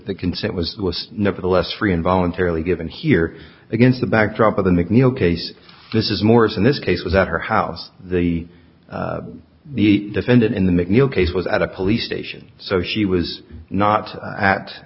he consent was it was nevertheless free and voluntarily given here against the backdrop of the macneill case this is morris and this case was at her house the the defendant in the macneill case was at a police station so she was not at